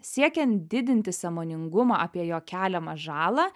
siekiant didinti sąmoningumą apie jo keliamą žalą